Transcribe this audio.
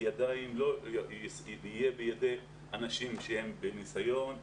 יהיה בידי אנשים שיש להם ניסיון.